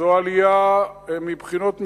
זו עלייה קשה מבחינות מסוימות.